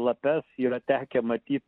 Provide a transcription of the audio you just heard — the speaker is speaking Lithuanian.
lapes yra tekę matyt